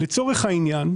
לצורך העניין,